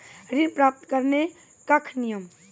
ऋण प्राप्त करने कख नियम?